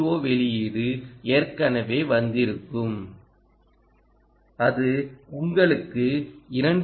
ஓ வெளியீடு ஏற்கனவே வந்திருக்கும் அது உங்களுக்கு 2